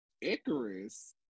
Icarus